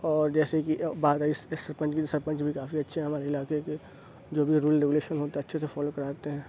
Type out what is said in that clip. اور جیسے کہ سرپنچ بھی سرپنچ بھی کافی اچھے ہیں ہمارے علاقے کے جو بھی رول ریگولیشن ہوتا ہے اچھے سے فالو کراتے ہیں